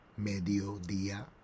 Mediodía